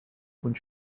und